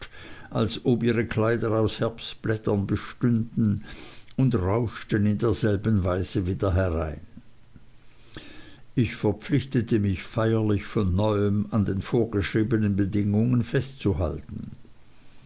als ob ihre kleider aus herbstblättern bestünden und rauschten in derselben weise wieder herein ich verpflichtete mich feierlich von neuem an den vorgeschriebenen bedingungen festzuhalten